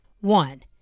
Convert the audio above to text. One